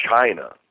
China